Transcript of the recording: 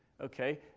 okay